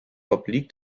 obliegt